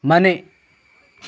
ಮನೆ